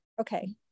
Okay